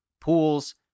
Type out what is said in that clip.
Pools